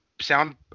sound